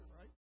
right